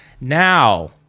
now